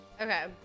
Okay